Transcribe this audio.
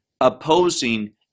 opposing